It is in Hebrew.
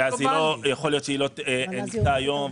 יכול להיות שהיא לא ניקתה היום,